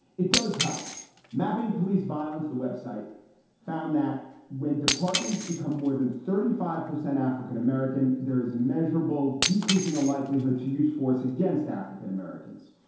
it does help mapping police violence the web site found that when departments become more than thirty five percent african-american, there is a measurable decrease in the likelihood to use force against african-americans.